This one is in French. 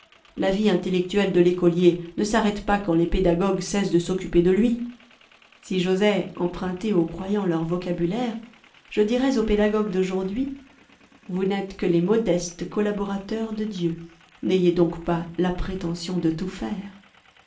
la vie intellectuelle de l'écolier ne s'arrête pas quand les pédagog ues cessent de s'occuper de lui si j'osais emprunter aux croyants leur vocabulaire je dirais aux pédagogues d'aujourd'hui vous n'êtes que les modestes collaborateurs de dieu n'ayez donc pas la prétention de tout faire